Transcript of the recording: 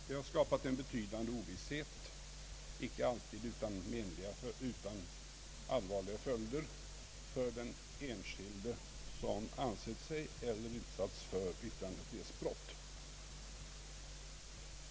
Det har skapat en betydande ovisshet, icke alltid utan allvarliga följder för den enskilde, som utsatts eller ansett sig utsatt för yttrandefrihetsbrott.